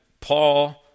Paul